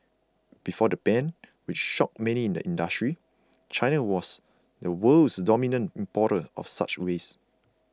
before the ban which shocked many in the industry China was the world's dominant importer of such waste